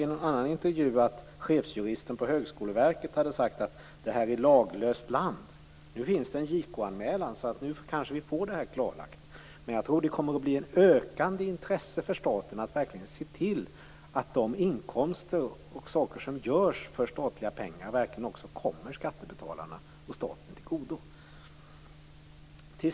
I en intervju har jag sett att chefjuristen på Högskoleverket talat om laglöst land. Nu finns det dock en JK-anmälan så nu får vi kanske detta klarlagt. Jag tror att intresset kommer att öka för staten att verkligen se till att inkomster och saker som görs för statliga pengar kommer skattebetalarna och staten till godo.